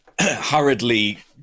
hurriedly